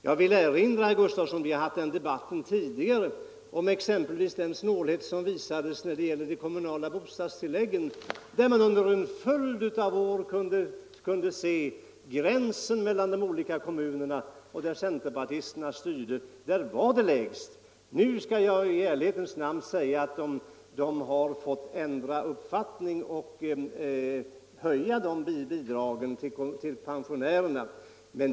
Jag vill erinra herr Gustavsson — vi har fört den debatten tidigare — om exempelvis den snålhet som visades i fråga om de kommunala bostadstilläggen, där man under en följd av år kunde se gränsen mellan de olika kommunerna; där centerpartisterna styrde, där var det lägst. Nu skall jag i ärlighetens namn säga att de har fått ändra uppfattning och höja bidragen till pensionärerna.